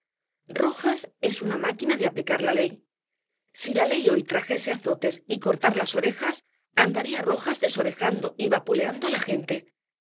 rojas es una máquina de aplicar la ley si la ley hoy trajese azotes y cortar las orejas andaría rojas desorejando y vapuleando á la gente